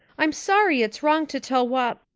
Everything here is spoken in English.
i'm sorry it's wrong to tell whop.